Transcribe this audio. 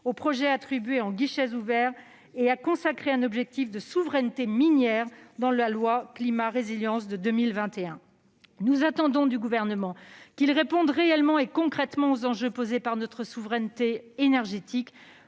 aux projets attribués en guichets ouverts et a consacré un objectif de souveraineté minière dans la loi Climat et résilience de 2021. Nous attendons du Gouvernement qu'il réponde réellement et concrètement aux enjeux posés par notre souveraineté énergétique.